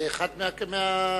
זה אחד מהגולשים.